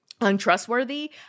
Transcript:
untrustworthy